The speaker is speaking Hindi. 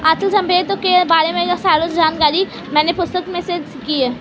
अचल संपत्तियों के बारे में सारी जानकारी मैंने पुस्तक से सीखी है